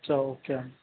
అచ్చా ఓకే అండి